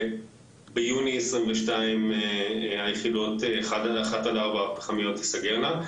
ביוני 2022 היחידות הפחמיות 1-4 תיסגרנה.